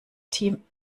team